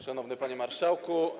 Szanowny Panie Marszałku!